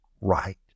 right